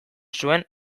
zuen